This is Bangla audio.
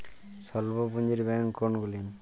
স্বল্প পুজিঁর ব্যাঙ্ক কোনগুলি?